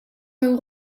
een